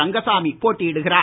ரங்கசாமி போட்டியிடுகிறார்